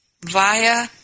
via